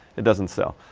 it doesn't sell.